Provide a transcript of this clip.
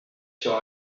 sur